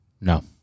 No